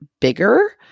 bigger